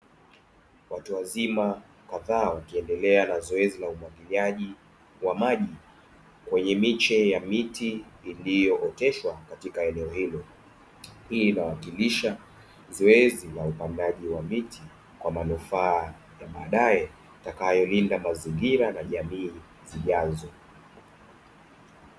Watu wazima kadhaa wakiendelea na zoezi la umwagiliaji wa maji kwenye miche ya miti, iliyooteshwa katika eneo hilo. Hii inawakilisha zoezi la upandaji wa miti kwa manufaa ya baadae, itakayolinda mazingira na jamii zijazo.